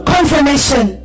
Confirmation